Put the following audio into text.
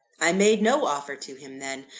i made no offer to him then.